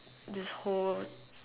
this whole